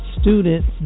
students